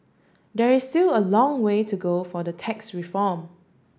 there is still a long way to go for the tax reform